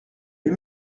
les